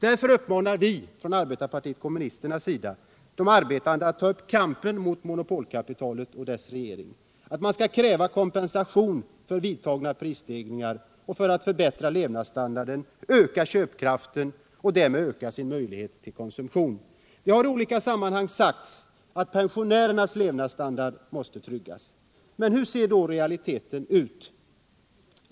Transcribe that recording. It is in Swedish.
Därför uppmanar vi de arbetande att ta upp kamp mot monopolkapitalet och dess regering, att kräva kompensation för vidtagna prisstegringar för att förbättra levnadsstandarden samt öka köpkraften och därmed öka sin konsumtion. Det har i olika sammanhang sagts att pensionärernas levnadsstandard måste tryggas. Men hur ser realiteterna ut?